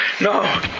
no